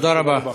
תודה רבה.